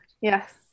Yes